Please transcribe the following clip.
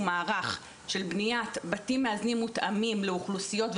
מערך של בניית בתים מאזנים מותאמים לאוכלוסיות,